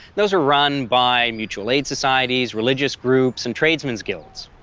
those were run by mutual aid societies, religious groups, and tradesmen's guilds.